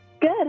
Good